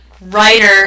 writer